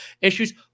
issues